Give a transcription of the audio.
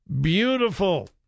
beautiful